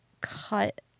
cut